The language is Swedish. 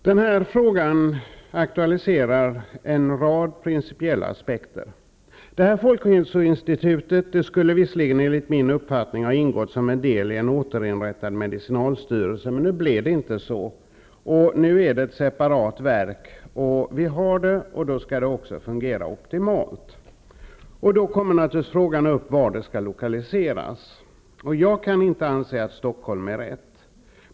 Herr talman! Denna fråga aktualiserar en rad principiella aspekter. Folkhälsoinstitutet skulle visserligen enligt min uppfattning ha ingått som en del i en återinrättad medicinalstyrelse, men nu blev det inte så. Institutet är ett separat verk. Vi har det, och då skall det också fungera optimalt. Frågan blir vart institutet skall lokaliseras. Jag kan inte anse att Stockholm är rätt plats.